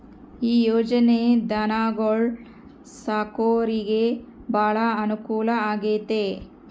ಈ ಯೊಜನೆ ಧನುಗೊಳು ಸಾಕೊರಿಗೆ ಬಾಳ ಅನುಕೂಲ ಆಗ್ಯತೆ